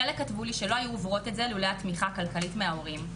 חלק כתבו לי שלא היו עוברות את זה לולא התמיכה הכלכלית מההורים.